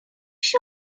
się